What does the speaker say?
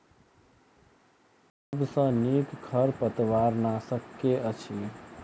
सबसँ नीक खरपतवार नाशक केँ अछि?